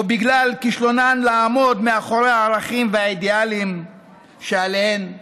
או בגלל כישלונן לעמוד מאחורי הערכים והאידיאלים שעליהם